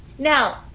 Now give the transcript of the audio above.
Now